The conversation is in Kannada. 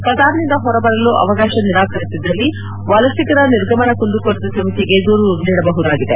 ಕತಾರ್ನಿಂದ ಹೊರ ಬರಲು ಅವಕಾಶ ನಿರಾಕರಿಸಿದಲ್ಲಿ ವಲಸಿಗರ ನಿರ್ಗಮನ ಕುಂದುಕೊರತೆ ಸಮಿತಿಗೆ ದೂರು ನೀಡಬಹುದಾಗಿದೆ